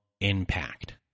impact